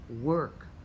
work